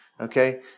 okay